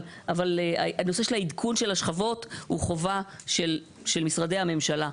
אבל הנושא של העדכון של השכבות הוא חובה של משרדי הממשלה.